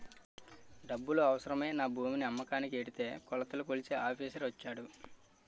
డబ్బులు అవసరమై నా భూమిని అమ్మకానికి ఎడితే కొలతలు కొలిచే ఆఫీసర్ వచ్చాడు